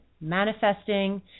manifesting